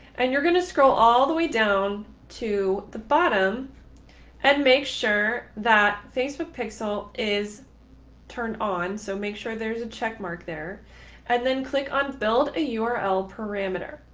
and you're going to scroll all the way down to the bottom and make sure that facebook pixel is turned on. so make sure there's a checkmark there and then click on build ah a url parameter.